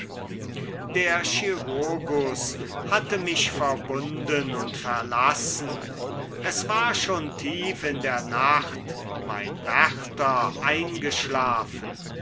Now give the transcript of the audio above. der chirurgus hatte mich verbunden und verlassen es war schon tief in der nacht mein wärter eingeschlafen